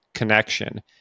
connection